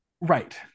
Right